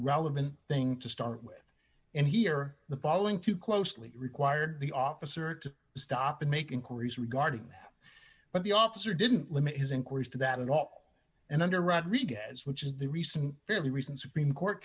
relevant thing to start with and here the following too closely required the officer to stop and make inquiries regarding that but the officer didn't limit his inquiries to that at all and under rodriguez which is the recent fairly recent supreme court